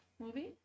movie